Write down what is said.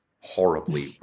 horribly